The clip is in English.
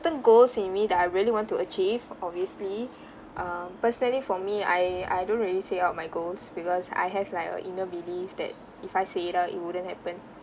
certain goals in me that I really want to achieve obviously um personally for me I I don't really say out my goals because I have like a inner belief that if I say it out it wouldn't happen